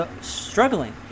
struggling